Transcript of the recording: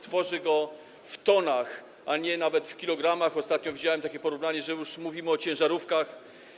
Tworzy go w tonach, nawet nie w kilogramach, ostatnio widziałem takie porównanie, że mówimy już o ciężarówkach.